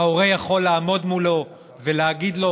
ההורה יכול לעמוד מולו ולהגיד לו: